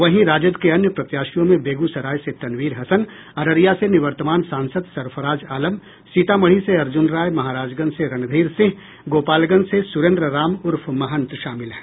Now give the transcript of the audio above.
वहीं राजद के अन्य प्रत्याशियों में बेगूसराय से तनवीर हसन अररिया से निवर्तमान सांसद सरफराज आलम सीतामढ़ी से अर्जुन राय महाराजगंज से रणधीर सिंह गोपालगंज से सुरेन्द्र राम उर्फ महंत शामिल हैं